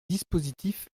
dispositif